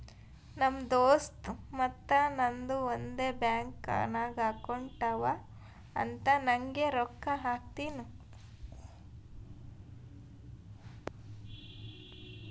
ನಮ್ ದೋಸ್ತ್ ಮತ್ತ ನಂದು ಒಂದೇ ಬ್ಯಾಂಕ್ ನಾಗ್ ಅಕೌಂಟ್ ಅವಾ ಅಂತ್ ನಂಗೆ ರೊಕ್ಕಾ ಹಾಕ್ತಿನೂ